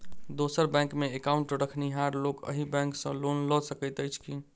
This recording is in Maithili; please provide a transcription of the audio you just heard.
दोसर बैंकमे एकाउन्ट रखनिहार लोक अहि बैंक सँ लोन लऽ सकैत अछि की?